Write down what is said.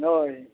ᱦᱳᱭ